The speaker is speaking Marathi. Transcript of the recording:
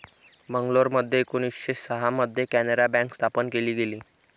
मंगलोरमध्ये एकोणीसशे सहा मध्ये कॅनारा बँक स्थापन केली गेली